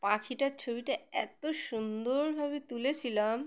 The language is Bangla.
পাখিটার ছবিটা এত সুন্দরভাবে তুলেছিলাম